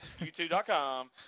YouTube.com